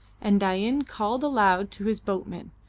and dain called aloud to his boatmen,